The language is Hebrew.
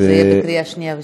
זה יהיה בקריאה שנייה ושלישית,